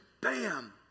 bam